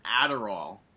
Adderall